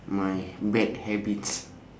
my bad habits